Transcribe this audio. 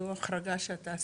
זו החרגה שאתה עשית,